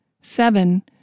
Seven